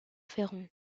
ferrand